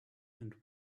and